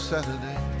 Saturday